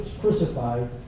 crucified